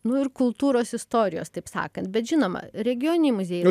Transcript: nu ir kultūros istorijos taip sakant bet žinoma regioniniai muziejai